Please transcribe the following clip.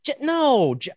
no